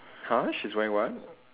!huh! she's wearing what